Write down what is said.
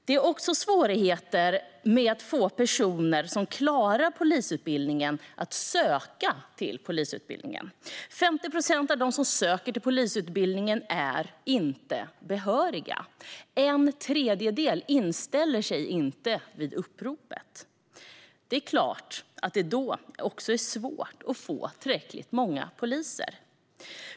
Det är också svårt att få personer som klarar polisutbildningen att söka till polisutbildningen - 50 procent av dem som söker är inte behöriga, och en tredjedel inställer sig inte till uppropet. Då är det klart att det också är svårt att få tillräckligt många poliser.